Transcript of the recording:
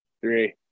three